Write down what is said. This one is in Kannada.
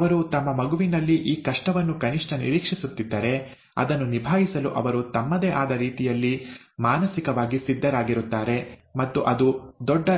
ಅವರು ತಮ್ಮ ಮಗುವಿನಲ್ಲಿ ಈ ಕಷ್ಟವನ್ನು ಕನಿಷ್ಠ ನಿರೀಕ್ಷಿಸುತ್ತಿದ್ದರೆ ಅದನ್ನು ನಿಭಾಯಿಸಲು ಅವರು ತಮ್ಮದೇ ಆದ ರೀತಿಯಲ್ಲಿ ಮಾನಸಿಕವಾಗಿ ಸಿದ್ಧರಾಗಿರುತ್ತಾರೆ ಮತ್ತು ಅದು ದೊಡ್ಡ